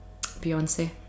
Beyonce